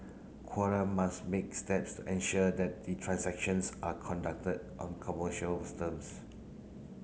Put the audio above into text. must make steps to ensure that the transactions are conducted on commercials terms